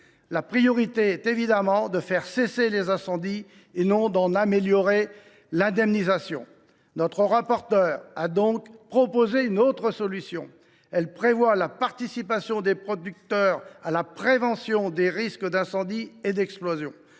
La priorité est évidemment de faire cesser les incendies, et non d’en améliorer l’indemnisation. Notre rapporteure a donc proposé une autre solution. Elle consiste en la participation des producteurs à la prévention des risques d’incendie et d’explosion,